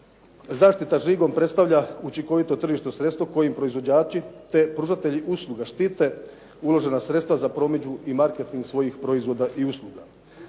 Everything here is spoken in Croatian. zaštita žigom predstavlja učinkovito tržišno sredstvo kojim proizvođači te pružatelji usluga štite uložena sredstva za promidžbu i marketing svojih proizvoda i usluga.